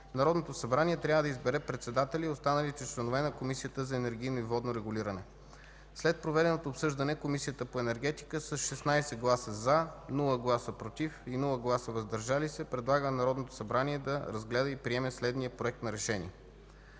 Народното събрание трябва да избере председателя и останалите членове на Комисията за енергийно и водно регулиране. След проведеното обсъждане Комисията по енергетика с 16 гласа „за”, без „против” и „въздържали се” предлага на Народното събрание да разгледа и приеме следния „Проект! РЕШЕНИЕ